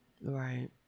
Right